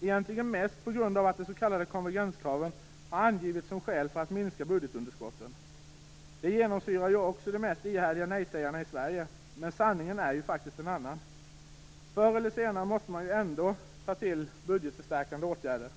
egentligen mest på grund av att de s.k. konvergenskraven har angivits som skäl för att man skall minska budgetunderskotten. Den synen genomsyrar också de mest ihärdiga nej-sägarna i Sverige. Men sanningen är faktiskt en annan. Man måste ju förr eller senare ändå ta till budgetförstärkande åtgärder.